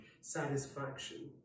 satisfaction